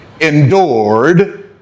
endured